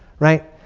right?